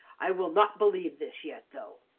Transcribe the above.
i will not believe this yet, though!